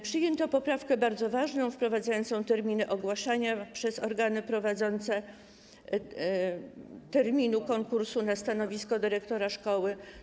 Przyjęto bardzo ważną poprawkę wprowadzającą terminy ogłaszania przez organy prowadzące terminu konkursu na stanowisko dyrektora szkoły.